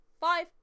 five